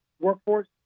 workforce